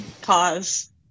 Cause